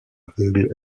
aveugle